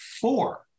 four